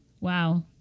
wow